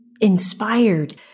inspired